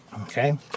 Okay